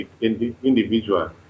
individual